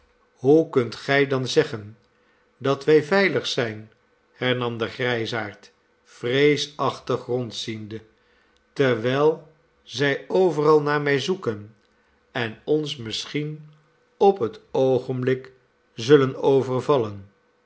hoe kunt gij dan zeggen dat wij veilig zijn hernam de grijsaard vreesachtig rondziende terwijl zij overal naar mij zoeken en ons misschien op het oogenblik zullen overvallen